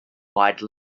wide